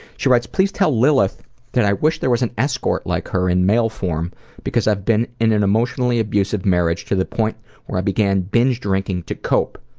she writes, please tell lillith that i wish there was an escort like her in male form because i've been in an emotionally abusive marriage to the point where i began binge drinking to cope.